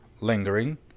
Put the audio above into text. lingering